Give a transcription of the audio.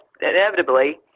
inevitably